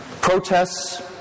protests